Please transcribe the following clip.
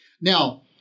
Now